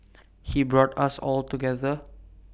he brought us all together